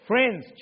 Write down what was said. Friends